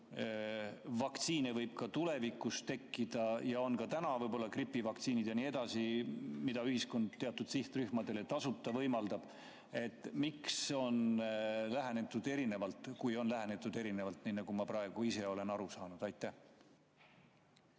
vaktsiine võib ka tulevikus tekkida ja on ka täna, gripivaktsiinid ja nii edasi, mida ühiskond teatud sihtrühmadele tasuta võimaldab. Miks on lähenetud erinevalt, kui on lähenetud erinevalt, nii nagu ma praegu ise olen aru saanud? Aitäh!